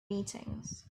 meetings